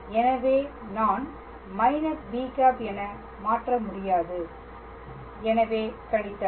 எனவே நான் −b̂ என மாற்ற முடியாது எனவே கழித்தல்